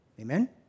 Amen